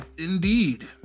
indeed